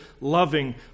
loving